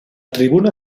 tribuna